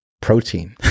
protein